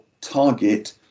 Target